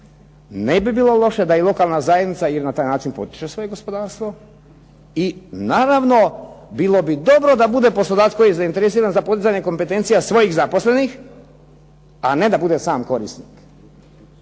Ne bi bilo loše da i lokalna zajednica na taj način potiče svoje gospodarstvo i naravno bilo bi dobro da bude poslodavac koji je zainteresiran za podizanje kompetencija svojih zaposlenih a ne da bude sam korisnik.